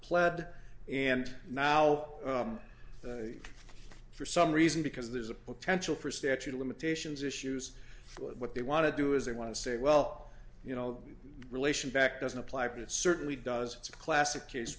pled and now for some reason because there's a potential for statute of limitations issues what they want to do is they want to say well you know the relation back doesn't apply but it certainly does it's a classic case